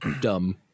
dumb